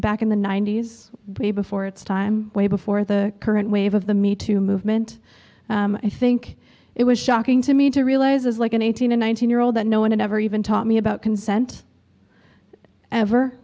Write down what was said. back in the ninety's before its time way before the current wave of the me too movement i think it was shocking to me to realize as like an eighteen or nineteen year old that no one ever even taught me about consent ever